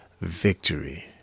Victory